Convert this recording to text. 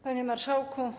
Panie Marszałku!